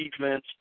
defense